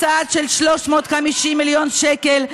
הקצאה של 350 מיליון שקל,